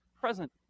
present